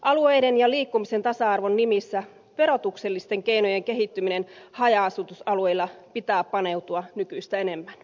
alueiden ja liikkumisen tasa arvon nimissä verotuksellisten keinojen kehittymiseen haja asutusalueilla pitää paneutua nykyistä enemmän